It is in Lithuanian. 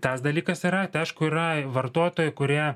tas dalykas yra tai aišku yra vartotojų kurie